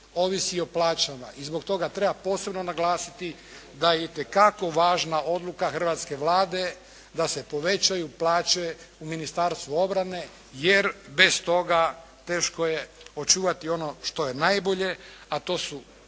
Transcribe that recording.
ovisi o plaćama i zbog toga treba posebno naglasiti da je itekako važna odluka hrvatske Vlade da se povećaju plaće u Ministarstvu obrane jer bez toga teško je očuvati ono što je najbolje, a to su